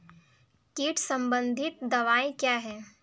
कीट संबंधित दवाएँ क्या हैं?